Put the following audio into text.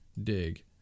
Dig